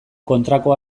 kontrako